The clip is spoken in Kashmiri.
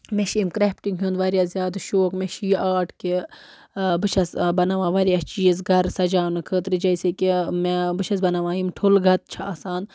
مےٚ چھِ ییٚمہِ کرٛافٹِنٛگ ہُنٛد واریاہ زیادٕ شوق مےٚ چھِ یہِ آرٹ کہِ بہٕ چھَس بناوان واریاہ چیٖز گَرٕ سجاونہٕ خٲطرٕ جیسے کہ مےٚ بہٕ چھَس بناوان یِم ٹھوٗلہٕ گَتہٕ چھِ آسان